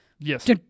Yes